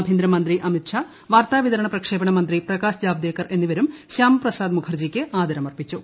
ആഭ്യന്തരമന്ത്രി അമിത് ഷാ വാർത്താ വിതരണ പ്രക്ഷേപണ മന്ത്രി പ്രകാശ് ജാവ്ദേക്കർ എന്നിവരും ശ്യാമപ്രസാദ് മുഖർജിയ്ക്ക് ആദരം അർപ്പിച്ചു